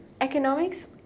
Economics